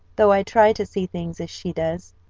though i try to see things as she does,